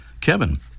Kevin